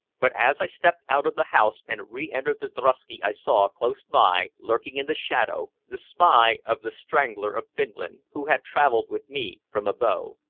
but as i stepped out of the house and re-entered the drosky i saw close by, lurking in the shadow, the spy of the strangler of finland, who had traveled with me from abo.